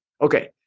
Okay